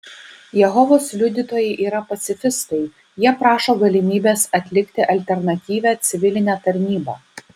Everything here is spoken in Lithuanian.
jehovos liudytojai yra pacifistai jie prašo galimybės atlikti alternatyvią civilinę tarnybą